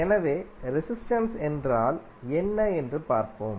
எனவே ரெசிஸ்டென்ஸ் என்றால் என்ன என்று பார்ப்போம்